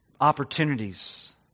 opportunities